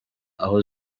aho